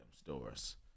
Stores